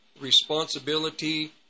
responsibility